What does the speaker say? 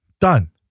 Done